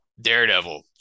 daredevil